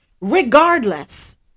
regardless